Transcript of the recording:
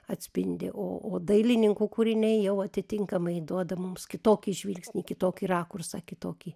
atspindi o o dailininkų kūriniai jau atitinkamai duoda mums kitokį žvilgsnį kitokį rakursą kitokį